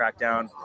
crackdown